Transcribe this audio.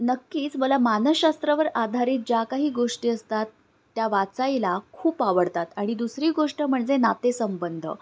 नक्कीच मला मानसशास्त्रावर आधारित ज्या काही गोष्टी असतात त्या वाचायला खूप आवडतात आणि दुसरी गोष्ट म्हणजे नातेसंबंध